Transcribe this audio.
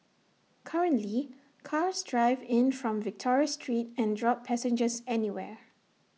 currently cars drive in from Victoria street and drop passengers anywhere